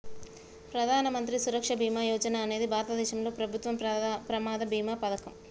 ప్రధాన మంత్రి సురక్ష బీమా యోజన అనేది భారతదేశంలో ప్రభుత్వం ప్రమాద బీమా పథకం